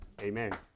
Amen